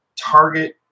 target